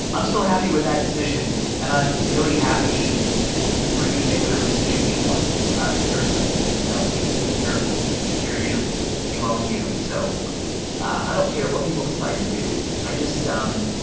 i'm still happy with that decision. and i'm really happy for you to make whatever decision you want about yourself, you know you're you're you, you own you. so i don't care what people decide to do. i just um